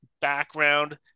background